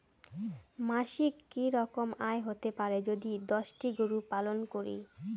মাসিক কি রকম আয় হতে পারে যদি দশটি গরু পালন করি?